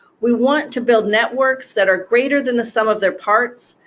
we want to build networks that are greater than the sum of their parts,